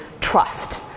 trust